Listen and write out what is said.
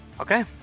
Okay